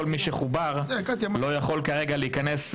כל מי שחובר לא יכול כרגע להיכנס,